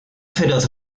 feroz